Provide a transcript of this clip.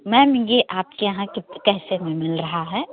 ma'am ये आपके यहाँ कित कैसे में मिल रहा है